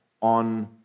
on